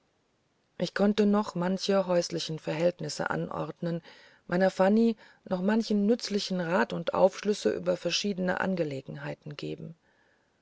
ich konnte noch manche häusliche verhältnisse anordnen meiner fanny noch manchen nützlichen rat und aufschlüsse über verschiedene angelegenheiten geben